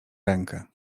rękę